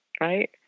right